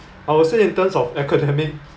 I would say in terms of academic